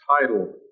title